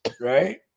right